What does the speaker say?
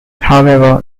however